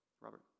Robert